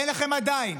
עדיין